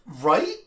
Right